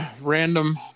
random